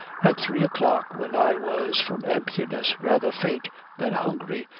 at three o'clock, when i was from emptiness, rather faint than hungry,